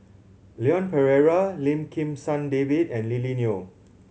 Leon Perera Lim Kim San David and Lily Neo